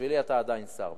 בשבילי אתה עדיין שר,